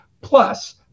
plus